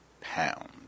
pound